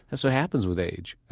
and so happens with age